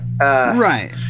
Right